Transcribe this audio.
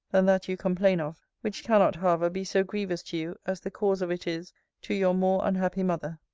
than that you complain of which cannot, however be so grievous to you, as the cause of it is to your more unhappy mother.